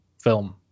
film